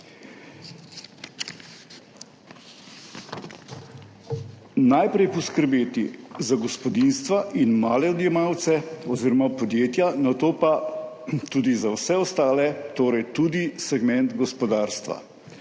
najprej poskrbeti za gospodinjstva in male odjemalce oziroma podjetja, nato pa tudi za vse ostale, torej tudi segment gospodarstva.